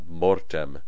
mortem